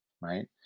right